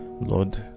lord